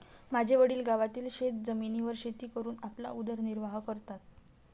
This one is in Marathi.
माझे वडील गावातील शेतजमिनीवर शेती करून आपला उदरनिर्वाह करतात